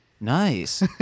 Nice